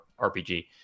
RPG